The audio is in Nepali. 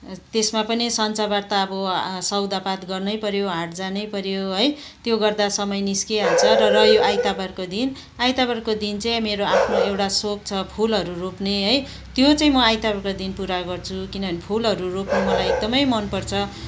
त्यसमा पनि छन्चरबार त अब सौदा पात गर्नै पऱ्यो हाट जानै पऱ्यो है त्यो गर्दा समय निस्किहाल्छ रह्यो आइतबारको दिन आइतवबारको दिन चाहिँ मेरो आफ्नो एउटा सोख छ फुलहरू रोप्ने है त्यो चाहिँ म आइतबारको दिन पुरा गर्छु किनभने फुलहरू रोप्नु मलाई एकदमै मन पर्छ